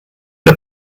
der